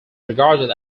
regarded